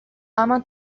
ama